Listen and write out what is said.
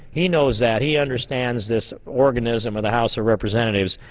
he knows that. he understands this organism of the house of representatives.